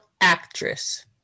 actress